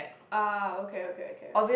ah okay okay okay